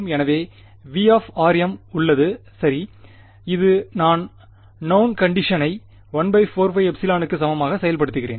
எனவே V உள்ளது சரி இது நான் நௌண் கண்டிஷனை 14πε க்கு சமமாக செயல்படுத்துகிறேன்